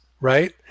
right